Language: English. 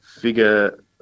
figure